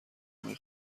نمی